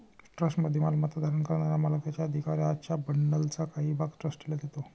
ट्रस्टमध्ये मालमत्ता धारण करणारा मालक त्याच्या अधिकारांच्या बंडलचा काही भाग ट्रस्टीला देतो